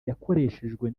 yakoreshejwe